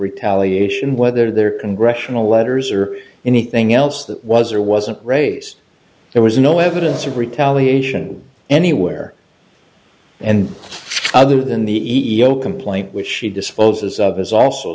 retaliation whether there are congressional letters or anything else that was or wasn't raised there was no evidence of retaliation anywhere and other than the iau complaint which she disposes of is also